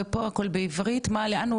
עוד פעם לשפות מצד שמאל,